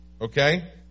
Okay